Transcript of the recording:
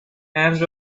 and